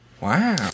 Wow